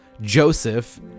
Joseph